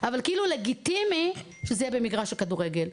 אבל כאילו לגיטימי שזה יהיה במגרש הכדורגל,